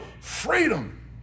freedom